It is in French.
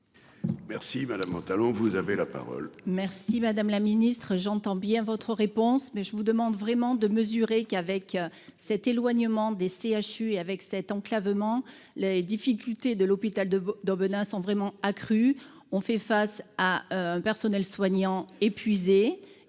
Merci ma la mentale on vous avez la parole. Merci, madame la Ministre j'entends bien votre réponse, mais je vous demande vraiment de mesurer qu'avec cet éloignement des CHU et avec cet enclavement les difficultés de l'hôpital de d'Aubenas sont vraiment accru. On fait face à un personnel soignant épuisés